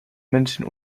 menschen